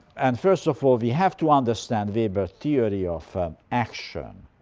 and first of all we have to understand weber's theory of action